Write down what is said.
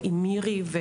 מירי,